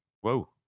Whoa